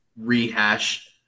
rehash